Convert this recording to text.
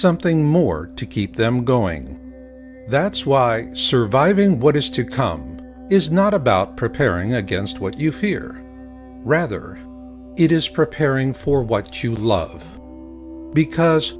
something more to keep them going that's why surviving what is to come is not about preparing against what you fear rather it is preparing for what you love because